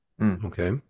Okay